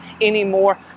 anymore